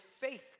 faith